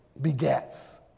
begets